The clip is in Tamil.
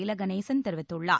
இலகணேசன் தெரிவித்துள்ளார்